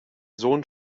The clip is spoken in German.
sohn